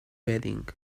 bedding